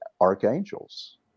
Archangels